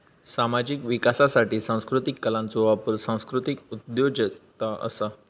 सामाजिक विकासासाठी सांस्कृतीक कलांचो वापर सांस्कृतीक उद्योजगता असा